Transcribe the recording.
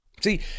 See